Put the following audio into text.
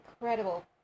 incredible